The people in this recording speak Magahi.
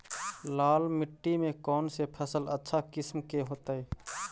लाल मिट्टी में कौन से फसल अच्छा किस्म के होतै?